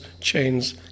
chains